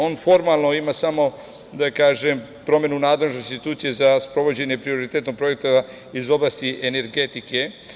On formalno ima samo, da kažem, promenu nadležne institucije za sprovođenje prioritetnog projekta iz oblasti energetike.